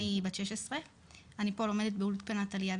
אני בת 16. אני פה לומדת באולפנת עלייה,